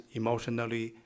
emotionally